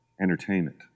entertainment